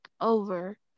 over